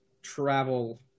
Travel